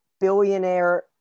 billionaire